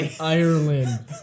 Ireland